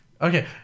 Okay